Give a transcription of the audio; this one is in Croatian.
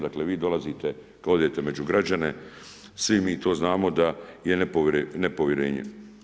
Dakle, vi dolazite kad odete među građane, svi mi to znamo da je nepovjerenje.